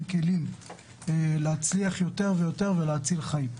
כלים להצליח יותר ויותר בהצלת חיים.